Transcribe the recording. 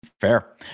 Fair